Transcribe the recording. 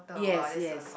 yes yes